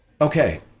okay